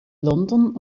london